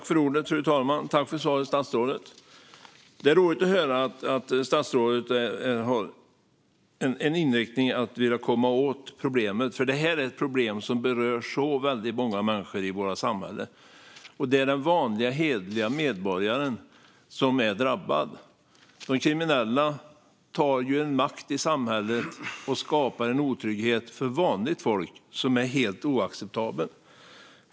Fru talman! Tack för svaret, statsrådet! Det är roligt att höra att statsrådet har en inriktning på att vilja komma åt problemet, för det här är ett problem som berör så många människor i våra samhällen. Det är den vanliga hederliga medborgaren som är drabbad. De kriminella tar makt i samhället och skapar en otrygghet för vanligt folk som är helt oacceptabel.